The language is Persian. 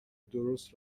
درست